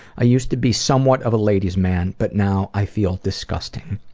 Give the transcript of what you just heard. i used to be somewhat of a ladies man, but now i feel disgusting.